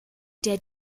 der